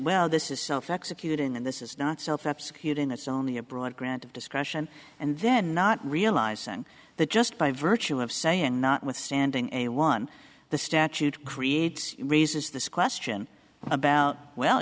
well this is self executing and this is not self up skewed in it's only a broad grant of discretion and then not realizing that just by virtue of saying notwithstanding a one the statute creates raises this question about well